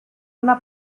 una